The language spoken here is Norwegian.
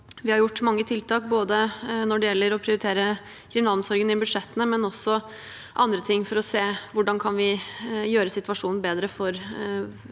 Vi har gjort mange tiltak – både når det gjelder å prioritere kriminalomsorgen i budsjettene, og andre ting – for å se hvordan vi kan gjøre situasjonen bedre for